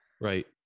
Right